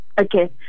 Okay